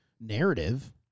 narrative